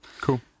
Cool